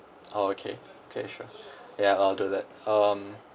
oh okay okay sure yeah I'll do that um